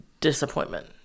disappointment